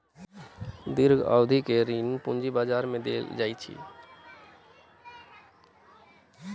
दीर्घ अवधि के ऋण पूंजी बजार में देल जाइत अछि